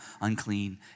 unclean